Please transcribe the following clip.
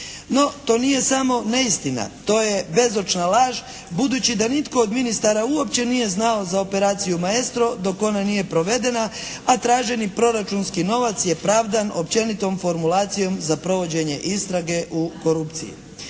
No to nije samo neistina, to je bezočna laž budući da nitko od ministara uopće nije znao za operaciju "Maestro" dok ona nije provedena, a traženi proračunski novac je pravdan općenitom formulacijom za provođenje istrage u korupciju.